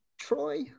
Troy